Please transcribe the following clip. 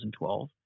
2012